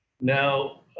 now